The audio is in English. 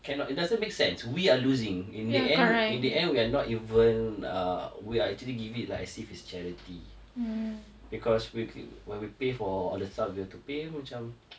cannot it doesn't make sense we are losing in the end in the end we are not even err we are actually give it like say as if it's charity because we k~ where we pay for other stuff we have to pay macam